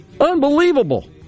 Unbelievable